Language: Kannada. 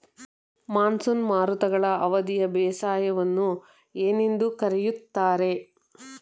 ಮಾನ್ಸೂನ್ ಮಾರುತಗಳ ಅವಧಿಯ ಬೇಸಾಯವನ್ನು ಏನೆಂದು ಕರೆಯುತ್ತಾರೆ?